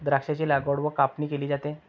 द्राक्षांची लागवड व कापणी केली जाते